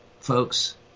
folks